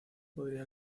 podría